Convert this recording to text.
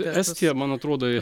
estija man atrodo